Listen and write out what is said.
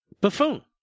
buffoon